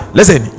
Listen